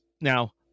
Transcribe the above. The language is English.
now